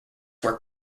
were